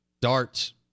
darts